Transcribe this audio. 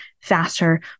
faster